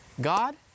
God